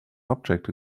object